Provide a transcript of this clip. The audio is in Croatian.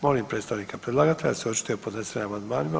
Molim predstavnika predlagatelja da se očituje o podnesenim amandmanima.